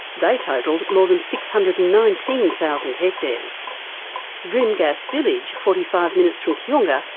they totalled more than six hundred and nineteen thousand hectares. drimgas village, forty five minutes from kiunga,